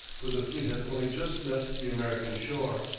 for the fleet had only just left the american shore,